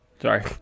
Sorry